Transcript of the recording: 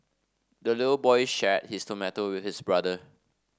the little boy shared his tomato with his brother